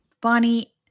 Bonnie